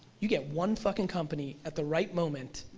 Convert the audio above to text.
you get one fucking company at the right moment,